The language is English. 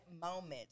moment